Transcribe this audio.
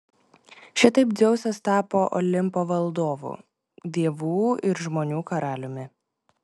šitaip dzeusas tapo olimpo valdovu dievų ir žmonių karaliumi